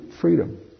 freedom